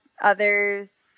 others